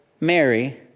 Mary